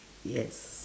yes